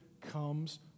comes